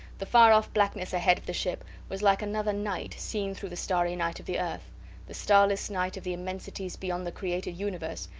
the far-off blackness ahead of the ship was like another night seen through the starry night of the earth the starless night of the immensities beyond the created universe,